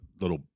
little